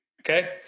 Okay